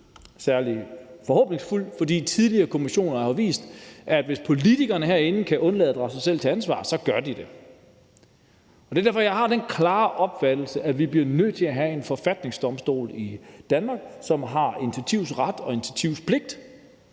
særlig forhåbningsfuld, for tidligere kommissioner har vist, at hvis politikerne herinde kan undlade at drage sig selv til ansvar, gør de det. Det er derfor, jeg har den klare opfattelse, at vi bliver nødt til at have en forfatningsdomstol i Danmark, som har initiativret og initiativpligt,